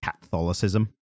catholicism